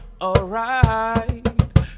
alright